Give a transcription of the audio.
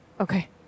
Okay